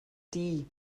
die